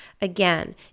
again